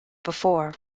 before